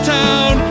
town